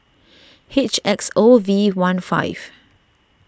H X O V one five